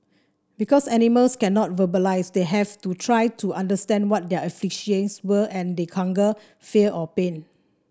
because animals cannot verbalise we had to try to understand what their afflictions were and they hunger fear or pain